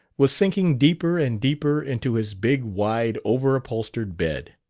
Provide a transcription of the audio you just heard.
was sinking deeper and deeper into his big, wide, overupholstered bed.